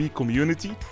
community